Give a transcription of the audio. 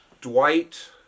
Dwight